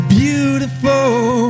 beautiful